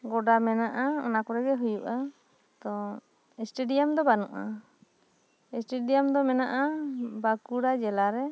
ᱜᱚᱰᱟ ᱢᱮᱱᱟᱜ ᱟ ᱚᱱᱟ ᱠᱚᱨᱮ ᱜᱮ ᱦᱩᱭᱩᱜ ᱟ ᱛᱚ ᱮᱥᱴᱮᱰᱤᱭᱟᱢ ᱫᱚ ᱵᱟᱹᱱᱩᱜ ᱟ ᱮᱥᱴᱮᱰᱤᱭᱟᱢ ᱫᱚ ᱢᱮᱱᱟᱜ ᱟ ᱵᱟᱸᱠᱩᱲᱟ ᱡᱮᱞᱟ ᱨᱮ